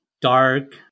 dark